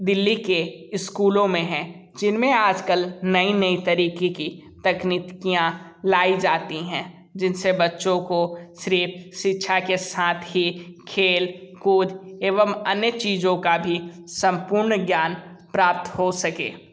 दिल्ली के स्कूलों में हैं जिनमें आज कल नये नये तरीके की तकनीकियाँ लायी जाती हैं जिनसे बच्चों को सिर्फ़ शिक्षा के साथ ही खेल कूद एवं अन्य चीज़ों का भी संपूर्ण ज्ञान प्राप्त हो सके